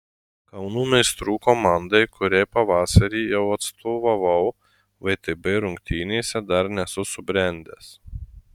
kauno meistrų komandai kuriai pavasarį jau atstovavau vtb rungtynėse dar nesu subrendęs